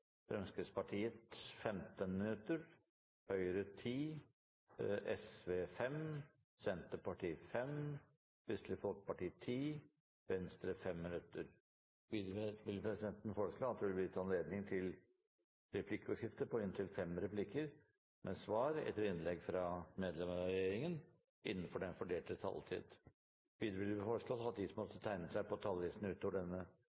Fremskrittspartiet 15 minutter, Høyre 10 minutter, Sosialistisk Venstreparti 5 minutter, Senterpartiet 5 minutter, Kristelig Folkeparti 10 minutter og Venstre 5 minutter. Videre vil presidenten foreslå at det blir gitt anledning til replikkordskifte på inntil fem replikker med svar etter innlegg fra medlem av regjeringen innenfor den fordelte taletid. Videre blir det foreslått at de som måtte tegne seg på talerlisten utover